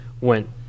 went